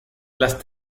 las